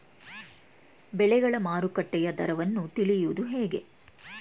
ಬೆಳೆಗಳ ಮಾರುಕಟ್ಟೆಯ ದರವನ್ನು ತಿಳಿಯುವುದು ಹೇಗೆ?